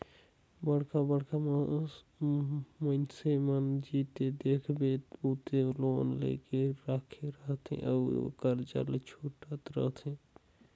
बड़का बड़का मइनसे मन जिते देखबे उते लोन लेके राखे रहथे अउ करजा ल छूटत रहथे